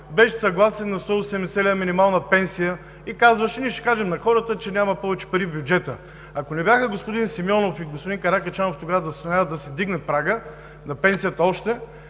беше съгласен на 180 лв. минимална пенсия и казваше: ние ще кажем на хората, че няма повече пари в бюджета. Ако не бяха господин Симеонов и господин Каракачанов тогава да настояват да се вдигне прагът на пенсията още,